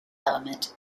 element